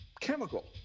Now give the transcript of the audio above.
chemical